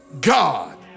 God